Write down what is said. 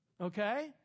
Okay